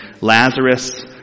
Lazarus